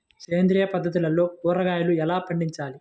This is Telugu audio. సేంద్రియ పద్ధతిలో కూరగాయలు ఎలా పండించాలి?